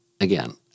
again